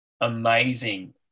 amazing